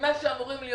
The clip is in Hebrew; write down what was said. ממה שאמורים.